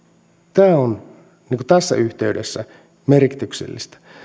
tämä on tässä yhteydessä merkityksellistä